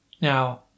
Now